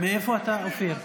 מאיפה אתה, אופיר?